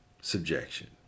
subjection